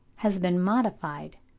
has been modified,